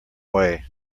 way